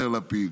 אומר לפיד.